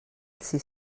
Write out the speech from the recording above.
sis